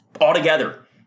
altogether